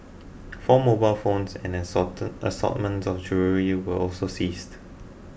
four mobile phones and an assortment of jewellery were also seized